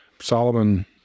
Solomon